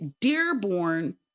Dearborn